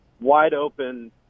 wide-open